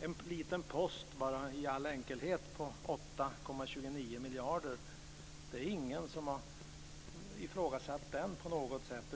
en liten post i all enkelhet om 8,29 miljarder. Det är ingen som på något sätt har ifrågasatt den.